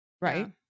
Right